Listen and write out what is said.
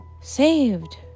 Saved